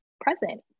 present